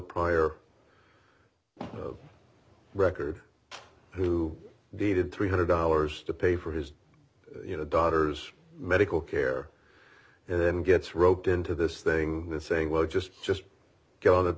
prior record who dated three hundred dollars to pay for his you know daughter's medical care and then gets roped into this thing saying well just just get on